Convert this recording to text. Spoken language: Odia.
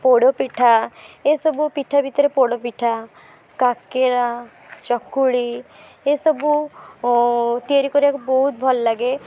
ପୋଡ଼ପିଠା ଏସବୁ ପିଠା ଭିତରେ ପୋଡ଼ପିଠା କାକେରା ଚକୁଳି ଏସବୁ ତିଆରି କରିବାକୁ ବହୁତ ଭଲ ଲାଗେ